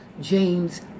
James